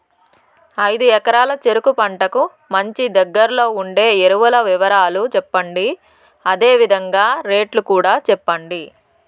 ఐదు ఎకరాల చెరుకు పంటకు మంచి, దగ్గర్లో ఉండే ఎరువుల వివరాలు చెప్పండి? అదే విధంగా రేట్లు కూడా చెప్పండి?